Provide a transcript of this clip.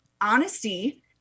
Honesty